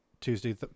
Tuesday